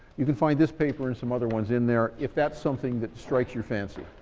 you can find this paper and some other ones in there, if that's something that strikes your fancy.